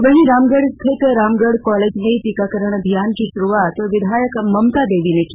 वहीं रामगढ़ स्थित रामगढ़ कॉलेज में टीकाकरण अभियान की शुरुआत विधायक ममता देवी ने की